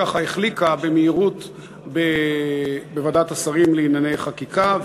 ככה החליקה במהירות בוועדת השרים לענייני חקיקה,